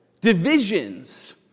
divisions